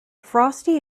frosty